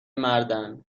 مردن، به